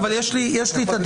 אבל יש לנו דף...